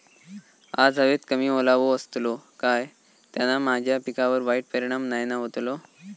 आज हवेत कमी ओलावो असतलो काय त्याना माझ्या पिकावर वाईट परिणाम नाय ना व्हतलो?